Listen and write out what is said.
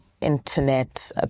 internet